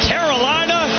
Carolina